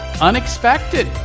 unexpected